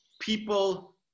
people